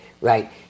Right